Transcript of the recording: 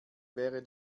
wäre